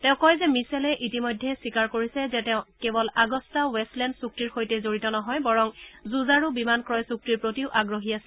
তেওঁ কয় যে মিচেলে ইতিমধ্যে স্বীকাৰ কৰিছে যে তেওঁ কেবল আগষ্টা ৱেষ্টলেণ্ড চুক্তিৰ সৈতে জড়িত নহয় বৰং যুঁজাৰু বিমান ক্ৰয় চুক্তিৰ প্ৰতিও আগ্ৰহী আছিল